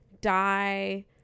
die